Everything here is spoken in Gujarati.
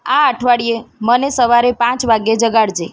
આ અઠવાડિયે મને સવારે પાંચ વાગ્યે જગાડજે